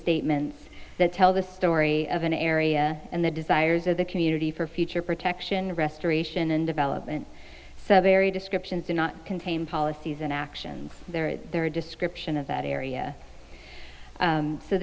statements that tell the story of an area and the desires of the community for future protection restoration and development so very descriptions do not contain policies and actions there is their description of that area